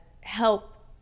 help